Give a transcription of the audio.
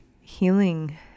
healing